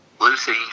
Lucy